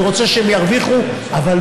אני רוצה שהם ירוויחו, אבל